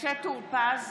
(קוראת בשמות חברי הכנסת) מכלוף מיקי זוהר,